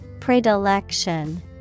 Predilection